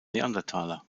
neandertaler